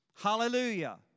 Hallelujah